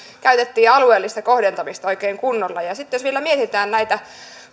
käytettiin alueellista kohdentamista oikein kunnolla ja sitten jos vielä mietitään näitä